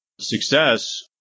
success